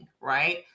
right